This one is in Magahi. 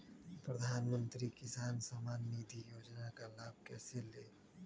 प्रधानमंत्री किसान समान निधि योजना का लाभ कैसे ले?